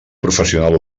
professional